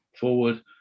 forward